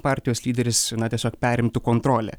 partijos lyderis na tiesiog perimtų kontrolę